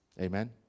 Amen